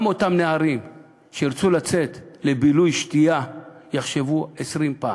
שגם אותם נערים שירצו לצאת לבילוי שתייה יחשבו 20 פעם.